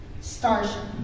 Starship